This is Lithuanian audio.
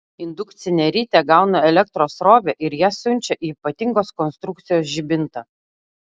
indukcinė ritė gauna elektros srovę ir ją siunčia į ypatingos konstrukcijos žibintą